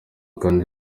kandi